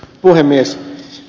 puhemies